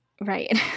right